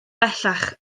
bellach